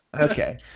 Okay